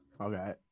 Okay